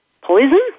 poison